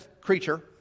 creature